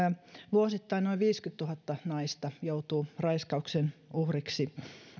vuosittain noin viisikymmentätuhatta naista joutuu raiskauksen uhriksi